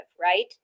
right